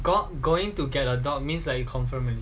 got going to get a dog means like you confirm already